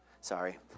Sorry